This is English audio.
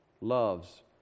loves